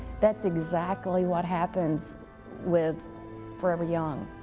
that's exactly what happens with forever young.